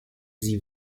sie